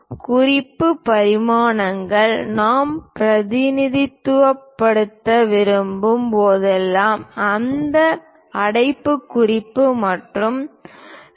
குறிப்பு பரிமாணங்களை நாம் பிரதிநிதித்துவப்படுத்த விரும்பும் போதெல்லாம் அந்த அடைப்புக்குறிப்பு மற்றும் 2